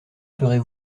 ferez